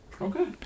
Okay